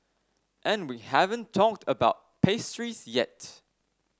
and we haven't talked about pastries yet